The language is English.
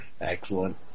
Excellent